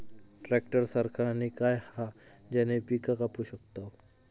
Tractor सारखा आणि काय हा ज्याने पीका कापू शकताव?